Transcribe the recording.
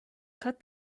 cut